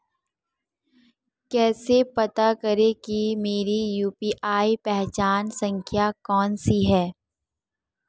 कैसे पता करें कि मेरी यू.पी.आई पहचान संख्या कौनसी है?